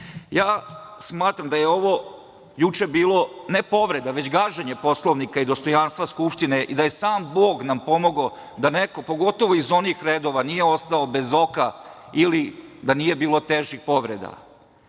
mene. Smatram da je ovo juče bilo ne povreda već gaženje Poslovnika i dostojanstva Skupštine i da je sam Bog nam pomogao da neko, pogotovo iz onih redova nije ostao bez oka ili da nije bilo težih povreda.